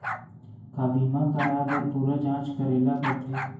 का बीमा कराए बर पूरा जांच करेला पड़थे?